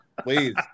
Please